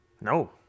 No